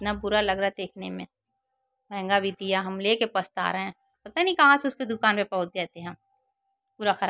इतना बुरा लग रहा देखने में महँगा भी दिया हम लेकर पछता रहें पता नहीं कहाँ से उसके दुकान पर पहुँच गए थे हम पूरा खराब